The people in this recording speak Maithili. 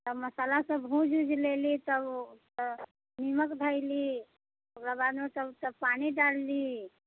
जब मसाला सब भुज उज लेली तब तऽ निमक धैली ओकरा बादमे सबसँ पानी डालली